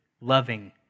loving